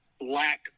lack